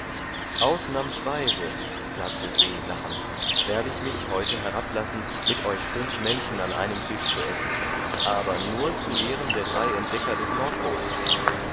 ausnahmsweise sagte se lachend werde ich mich heute herablassen mit euch fünf menschen an einem tisch zu essen aber nur zu ehren der drei entdecker des nordpols